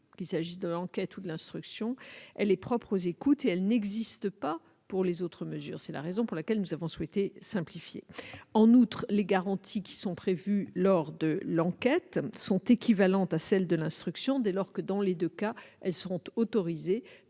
qu'il s'agisse de l'enquête ou de l'instruction, est propre aux écoutes et n'existe pas pour les autres mesures. C'est la raison pour laquelle nous avons souhaité procéder à une simplification. En outre, les garanties qui sont prévues lors de l'enquête sont équivalentes à celles de l'instruction dès lors que, dans les deux cas, elles seront autorisées